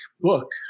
book